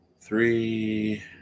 three